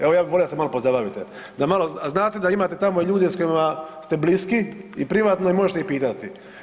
Evo ja bih volio da se malo pozabavite, da malo, znate da imate tamo ljude s kojima ste bliski i privatno i možete ih pitati.